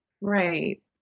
Right